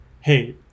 hey